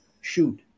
shoot